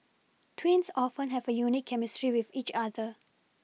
twins often have a unique chemistry with each other